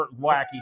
wacky